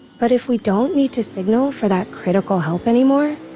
but if we don't need to signal for that critical help anymore,